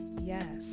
Yes